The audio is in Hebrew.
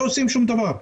לא עושים שום דבר.